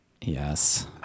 yes